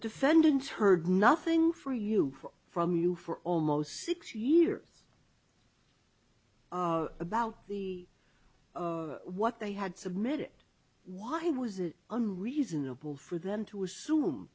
defendant heard nothing for you from you for almost six years about the what they had submitted why was it on reasonable for them to assume